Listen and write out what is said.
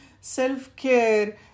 self-care